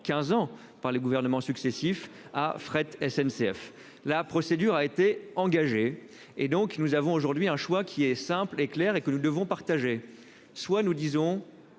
15 ans par les gouvernements successifs ah fret SNCF. La procédure a été engagée et donc nous avons aujourd'hui un choix qui est simple et claire et que nous devons partager soit nous disons